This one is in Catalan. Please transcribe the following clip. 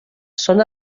són